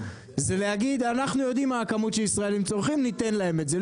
זה להגיד אנחנו יודעים מה הכמות שישראלים צורכים ניתן להם את זה,